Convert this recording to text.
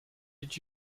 did